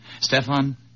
Stefan